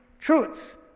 truths